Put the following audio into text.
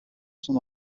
son